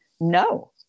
No